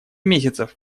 месяцев